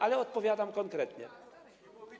Ale odpowiadam konkretnie.